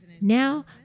Now